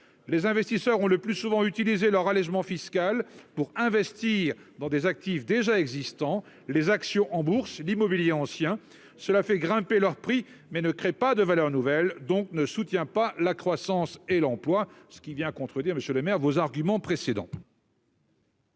les investisseurs ont le plus souvent utilisé leur allégement fiscal pour investir dans des actifs déjà existants, les actions en Bourse, l'immobilier ancien, cela fait grimper leurs prix mais ne crée pas de valeur nouvelle donc ne soutient pas la croissance et l'emploi, ce qui vient contredire Monsieur Lemaire, vos arguments précédents.